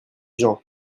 gens